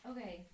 Okay